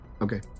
okay